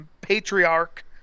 patriarch